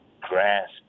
grasp